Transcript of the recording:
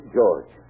George